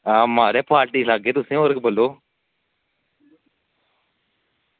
आं म्हाराज पार्टी करागे होर बोल्लो